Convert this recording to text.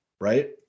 Right